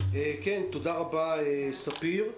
תודה רבה, ספיר.